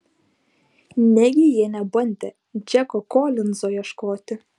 negi jie nebandė džeko kolinzo ieškoti